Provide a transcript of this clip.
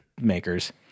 makers